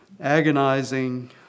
agonizing